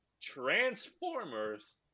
Transformers